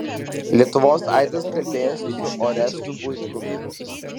lietuvos aidas kalbėjosi su orestu buitkumi